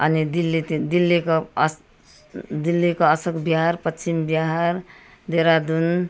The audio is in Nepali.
अनि दिल्ली ती दिल्लीको दिल्लीको अशोक बिहार पश्चिम बिहार देहरादून